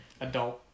Adult